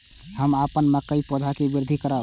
हम अपन मकई के पौधा के वृद्धि करब?